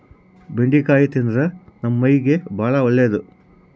ಬೆಂಡಿಕಾಯಿ ತಿಂದ್ರ ನಮ್ಮ ಮೈಗೆ ಬಾಳ ಒಳ್ಳೆದು